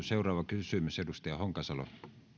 seuraava kysymys edustaja honkasalo